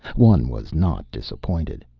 one was not disappointed.